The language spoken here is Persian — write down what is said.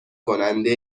کننده